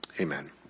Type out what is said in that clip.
Amen